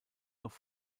noch